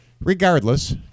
regardless